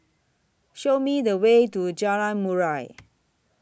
Show Me The Way to Jalan Murai